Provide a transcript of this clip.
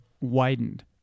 widened